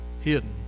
hidden